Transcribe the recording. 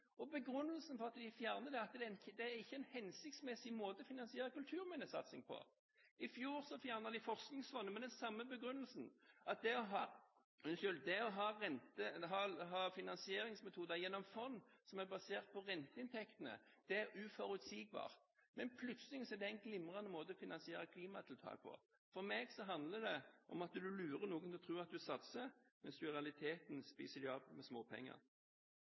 og begrunnelsen for at de fjerner det, er at det ikke er en hensiktsmessig måte å finansiere kulturminnesatsing på. I fjor fjernet de Forskningsfondet med den samme begrunnelsen, at det å ha finansieringsmetoder gjennom fond som er basert på renteinntektene, er uforutsigbart. Men plutselig er det en glimrende måte å finansiere klimatiltak på. For meg handler det om å lure noen til å tro at du satser, mens du i realiteten avspiser dem med småpenger. Vi har